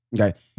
Okay